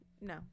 no